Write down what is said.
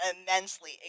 Immensely